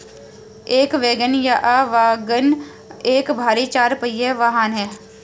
एक वैगन या वाग्गन एक भारी चार पहिया वाहन है